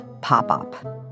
Pop-Up